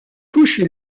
couche